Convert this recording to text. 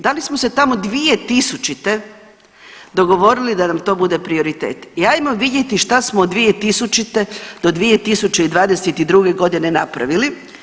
Da li smo se tamo 2000. dogovorili da nam to bude prioritet i ajmo vidjeti šta smo od 2000. do 2022. godine napravili.